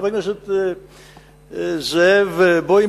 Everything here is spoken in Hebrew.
חבר הכנסת זאב בוים,